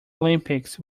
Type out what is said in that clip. olympics